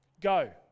Go